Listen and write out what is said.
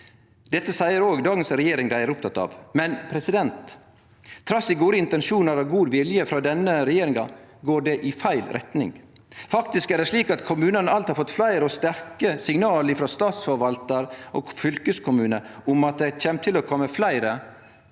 Dette seier òg dagens regjering dei er opptekne av, men trass i gode intensjonar og god vilje frå denne regjeringa går det i feil retning. Faktisk er det slik at kommunane alt har fått fleire og sterke signal frå statsforvaltar og fylkeskommune om at det kjem til å kome fleire